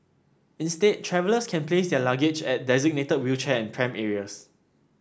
instead travellers can place their luggage at designated wheelchair and pram areas